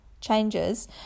changes